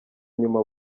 nyuma